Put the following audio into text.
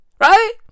Right